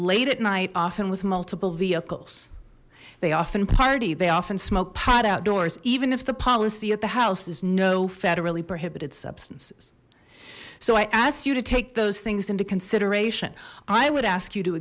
late at night often with multiple vehicles they often party they often smoked pot outdoors even if the policy at the house is no prohibited substances so i asked you to take those things into consideration i would ask you to